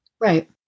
Right